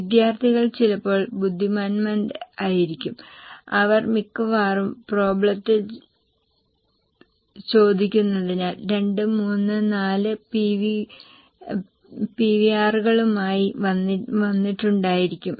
വിദ്യാർത്ഥികൾ ചിലപ്പോൾ ബുദ്ധിമാന്മാരായിരിക്കും അവർ മിക്കവാറും പ്രോബ്ളത്തിൽ ചോദിക്കുന്നതിനാൽ രണ്ട് മൂന്ന് നാല് PVR കളുമായി വന്നിട്ടുണ്ടായിരിക്കും